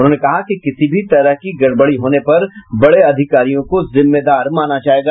उन्होंने कहा कि किसी भी तरह की गड़बड़ी होने पर बड़े अधिकारियों को जिम्मेदार माना जायेगा